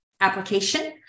application